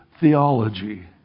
theology